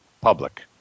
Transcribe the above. public